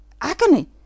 agony